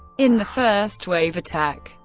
in the first wave attack,